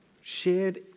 shared